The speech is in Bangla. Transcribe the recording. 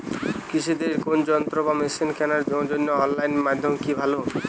কৃষিদের কোন যন্ত্র বা মেশিন কেনার জন্য অনলাইন মাধ্যম কি ভালো?